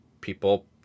people